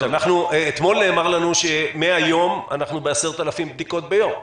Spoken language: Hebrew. אתמול נאמר לנו שמהיום אנחנו ב-10,000 בדיקות ביום.